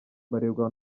barerwa